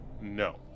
No